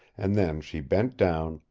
and then she bent down,